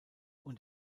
und